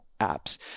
apps